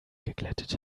geglättet